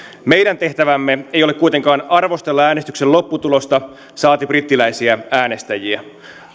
meidän tehtävämme ei ole kuitenkaan arvostella äänestyksen lopputulosta saati brittiläisiä äänestäjiä